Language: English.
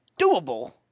doable